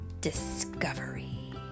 discovery